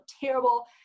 terrible